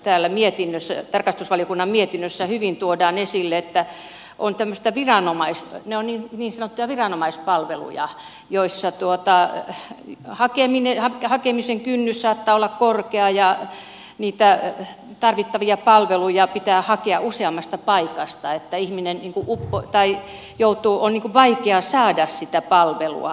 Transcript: täällä tarkastusvaliokunnan mietinnössä hyvin tuodaan esille että on tämmöisiä niin sanottuja viranomaispalveluja joissa hakemisen kynnys saattaa olla korkea ja niitä tarvittavia palveluja pitää hakea useammasta paikasta ja ihmisen on vaikea saada sitä palvelua